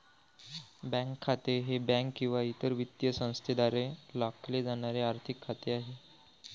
bank खाते हे bank किंवा इतर वित्तीय संस्थेद्वारे राखले जाणारे आर्थिक खाते आहे